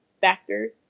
factors